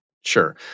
Sure